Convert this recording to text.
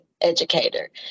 educator